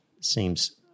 seems